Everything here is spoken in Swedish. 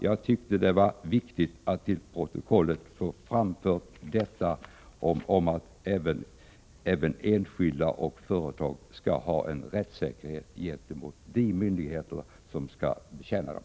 Jag tyckte det var viktigt att till protokollet få framfört att även enskilda och företag skall ha en rättssäkerhet gentemot de myndigheter som skall betjäna dem.